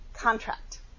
contract